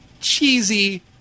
cheesy